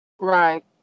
Right